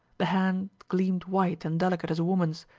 the hand gleamed white and delicate as a woman's.